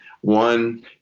one